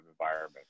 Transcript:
environment